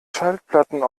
schallplatten